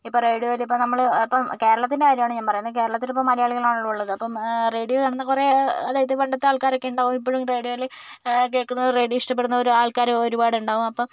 ഇപ്പോൾ റേഡിയോയിലിപ്പോൾ നമ്മൾ ഇപ്പം കേരളത്തിൻ്റെ കാര്യമാണ് ഞാൻ പറയുന്നത് കേരളത്തിലിപ്പോൾ മലയാളികളാണല്ലോ ഉള്ളത് അപ്പം റേഡിയോ അങ്ങനെ കുറേ അതായത് പണ്ടത്തെ ആൾക്കാരൊക്കെ ഉണ്ടാകും ഇപ്പോഴും റേഡിയോയിൽ കേൾക്കുന്നു റേഡിയോ ഇഷ്ടപ്പെടുന്നവർ ആൾക്കാർ ഒരുപാടുണ്ടാകും അപ്പം